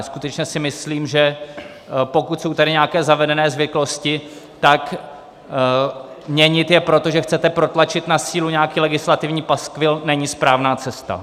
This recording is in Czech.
Skutečně si myslím, že pokud jsou tady nějaké zavedené zvyklosti, tak měnit je proto, že chcete protlačit na sílu nějaký legislativní paskvil, není správná cesta.